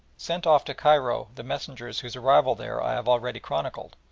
sent off to cairo the messengers whose arrival there i have already chronicled,